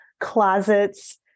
closets